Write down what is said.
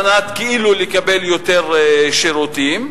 כאילו כדי לקבל יותר שירותים.